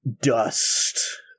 dust